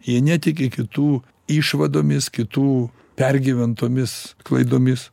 jie netiki kitų išvadomis kitų pergyventomis klaidomis